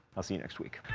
i'll see you next week.